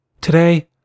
Today